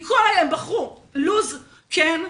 הם בחרו: לוז כן,